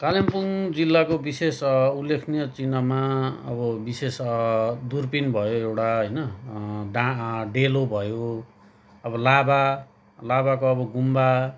कालिम्पोङ जिल्लाको विशेष उल्लेखनीय चिह्नमा अब विशेष दुर्पिन भयो एउटा होइन डाँ डेलो भयो अब लाभा लाभाको अब गुम्बा